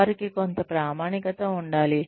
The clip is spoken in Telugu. వారికి కొంత ప్రామాణికత ఉండాలి